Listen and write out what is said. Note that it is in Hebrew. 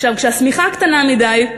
כשהשמיכה קטנה מדי,